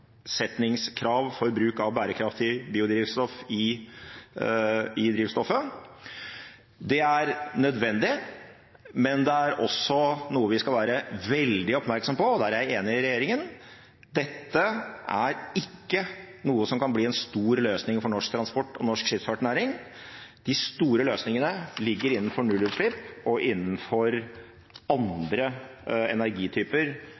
for bruk av bærekraftig biodrivstoff i drivstoffet. Det er nødvendig, men det er også noe vi skal være veldig oppmerksom på, og der er jeg enig med regjeringen. Dette er ikke noe som kan bli en stor løsning for norsk transport og norsk skipsfartsnæring. De store løsningene ligger innenfor nullutslipp og innenfor andre energityper